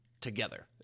together